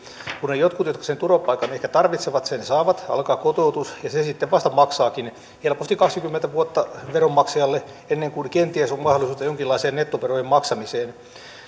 kun ne jotkut jotka sen turvapaikan ehkä tarvitsevat sen saavat alkaa kotoutus ja se se sitten vasta maksaakin helposti kaksikymmentä vuotta veronmaksajalle ennen kuin kenties on mahdollisuutta jonkinlaiseen nettoverojen maksamiseen